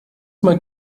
mal